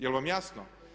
Jel' vam jasno?